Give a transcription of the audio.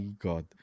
God